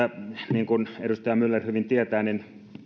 niin kuin edustaja myller hyvin tietää